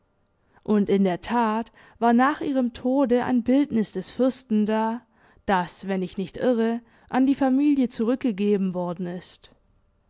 und in der tat war nach ihrem tode ein bildnis des fürsten da das wenn ich nicht irre an die familie zurückgegeben worden ist